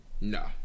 No